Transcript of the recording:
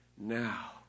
Now